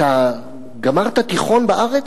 גמרת תיכון בארץ?